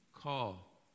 call